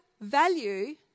value